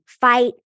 fight